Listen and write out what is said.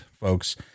folks